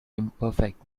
imperfect